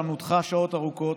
ושם נותחה שעות ארוכות.